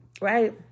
right